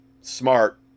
smart